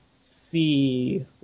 see